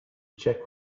check